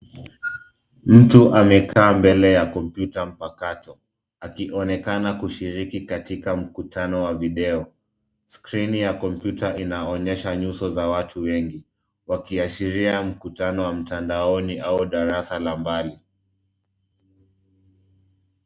Mtu amekaa mbele ya kompyuta mpakato akionekana kushiriki katika mkutano wa video. Skrini ya kompyuta inaonyesha nyuso za watu wengi, wakiashiria mkutano wa mtandaoni au darasa la mbali.